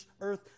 earth